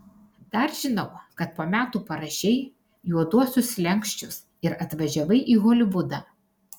dar žinau kad po metų parašei juoduosius slenksčius ir atvažiavai į holivudą